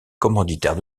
commanditaires